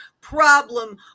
problem